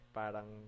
parang